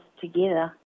together